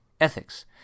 Ethics